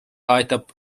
aitab